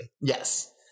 Yes